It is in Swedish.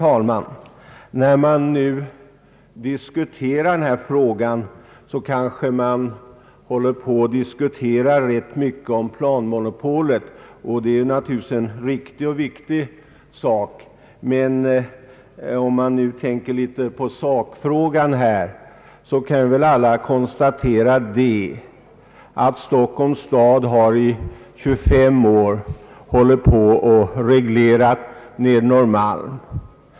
Herr talman! I diskussionen kring denna fråga har man uppehållit sig ganska mycket vid planmonopolet, och detta är naturligtvis en riktig och viktig sak. Men i själva sakfrågan kan vi väl alla konstatera att Stockholms stad nu under 25 år har hållit på att reglera Nedre Norrmalm.